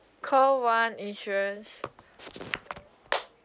call one insurance